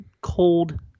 cold